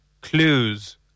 Clues